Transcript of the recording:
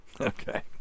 Okay